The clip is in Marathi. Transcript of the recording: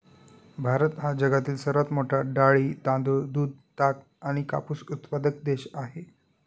भारत हा जगातील सर्वात मोठा डाळी, तांदूळ, दूध, ताग आणि कापूस उत्पादक देश आहे